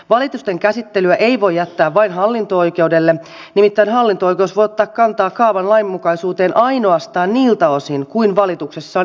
valitusten käsittelyä ei voi jättää vain hallinto oikeudelle nimittäin hallinto oikeus voi ottaa kantaa kaavan lainmukaisuuteen ainoastaan niiltä osin kuin valituksessa on esitetty